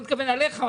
לא מתכוון עליך,